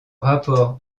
rapport